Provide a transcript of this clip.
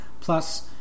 Plus